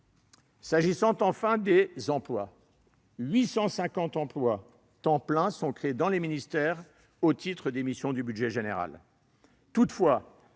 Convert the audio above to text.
S'agissant enfin des emplois, 850 équivalents temps plein sont créés dans les ministères au titre des missions du budget général. Toutefois,